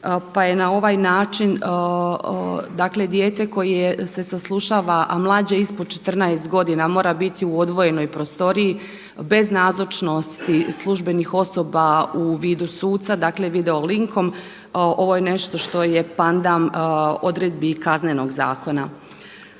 pa je na ovaj način dijete koje se saslušava, a mlađe ispod 14 godina mora biti u odvojenoj prostoriji bez nazočnosti službenih osoba u vidu suca, dakle video linkom. Ovo je nešto što je pandam odredbi Kaznenog zakona.